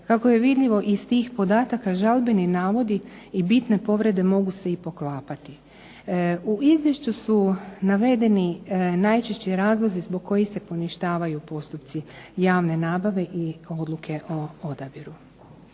Kako je vidljivo iz tih podataka žalbeni navodi i bitne povrede mogu se i poklapati. U Izvješću su navedeni najčešći razlozi zbog kojih se poništavaju postupci javne nabave i odluke o odabiru.